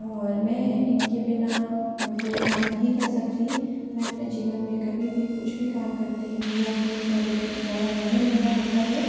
और मैं इनके बिना कोई काम नहीं कर सकती मैं अपने जीवन में कभी भी कुछ भी काम करती हूँ या कोई बड़े बड़ा निर्णय लेना होता है